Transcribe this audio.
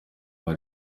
hari